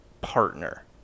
partner